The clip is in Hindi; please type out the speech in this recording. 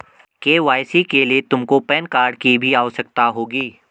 के.वाई.सी के लिए तुमको पैन कार्ड की भी आवश्यकता होगी